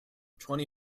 twenty